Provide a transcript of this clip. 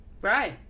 Right